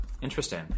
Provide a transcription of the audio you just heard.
Interesting